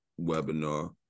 webinar